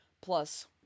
plus